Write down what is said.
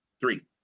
Three